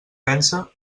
pensa